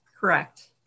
Correct